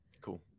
Cool